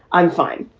i'm fine.